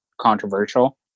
controversial